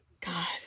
God